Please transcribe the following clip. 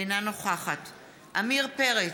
אינה נוכחת עמיר פרץ,